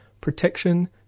protection